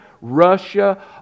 Russia